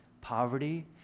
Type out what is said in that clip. poverty